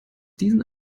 diesen